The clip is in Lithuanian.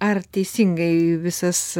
ar teisingai visas